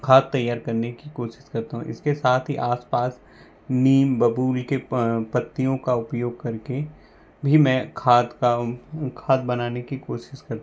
खाद तैयार करने की कोशिश करता हूँ इसके साथ ही आसपास नीम बबूल के पत्तियों का उपयोग करके भी मैं खाद का खाद बनाने की कोशिश